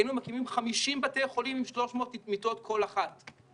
היינו מקימים 50 בתי חולים עם 300 מיטות כל אחת.